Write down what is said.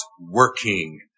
working